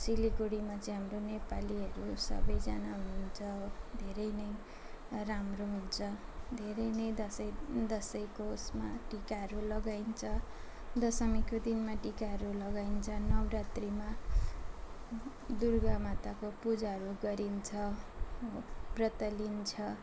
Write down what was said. सिलगढीमा चाहिँ हाम्रो नेपालीहरू सबैजना हुन्छ हो धेरै नै राम्रो हुन्छ धेरै नै दसैँ दसैँको उसमा टिकाहरू लगाइन्छ दशामीको दिनमा टिकाहरू लगाइन्छ नौरत्रीमा दुर्गा माताको पूजाहरू गरिन्छ हो व्रत लिइन्छ